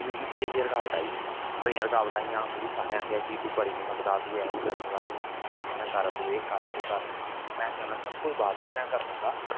मिगी केह् केह् रकावट आई बडियां रकाबटा आइयां उंहे आखेआ कि तू करी नेई सकदा तू एह् नेई करी सकदा तू इयां कर तू एह् कर वो कर में आखेआ सर कोई बात नेई में कर लूगां